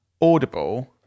Audible